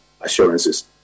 assurances